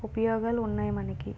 ఉపయోగాలు ఉన్నాయి మనకి